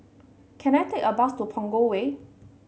can I take a bus to Punggol Way